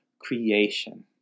creation